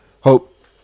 Hope